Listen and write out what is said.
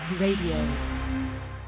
Radio